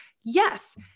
Yes